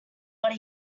are